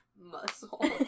Muscle